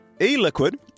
E-liquid